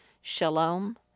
Shalom